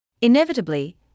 Inevitably